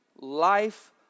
life